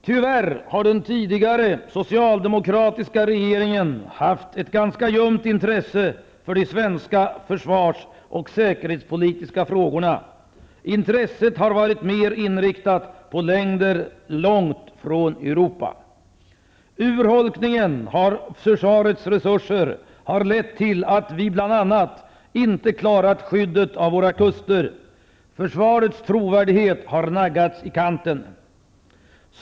Tyvärr har den tidigare socialdemokratiska regeringen haft ett ganska ljumt intresse för de svenska försvars och säkerhetspolitiska frågorna. Intresset har varit mer inriktat på länder långt från Europa. Urholkningen av försvarets resurser har lett till att vi bl.a. inte klarat skyddet av våra kuster. Försvarets trovärdighet har naggats i kanten.